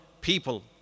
people